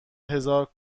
هزار